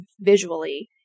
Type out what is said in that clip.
visually